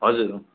हजुर हो